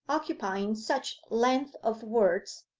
occupying such length of words,